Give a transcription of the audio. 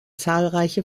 zahlreiche